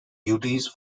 duties